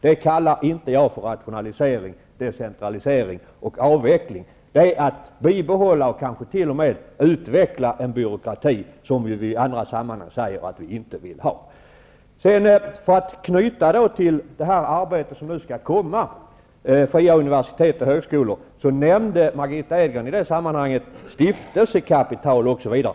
Det kallar jag inte för rationalisering, decentralisering och avveckling, utan det är att bibehålla och kanske t.o.m. utveckla en byråkrati, som ni ju i andra sammanhang säger att ni inte vill ha. För att anknyta till arbetet Fria universitet och högskolor, som snart skall presenteras nämnde Marigitta Edgren i det sammanhanget stiftelsekapital, osv.